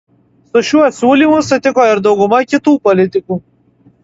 su šiuo siūlymu sutiko ir dauguma kitų politikų